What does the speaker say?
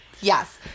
Yes